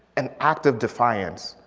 an active defiance.